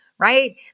Right